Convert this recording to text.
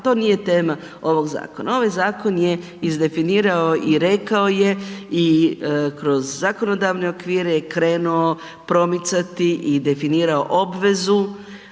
to nije tema ovog zakona. Ovaj zakon je izdefinirao i rekao je i kroz zakonodavne okvire je krenuo promicati i definirao obvezu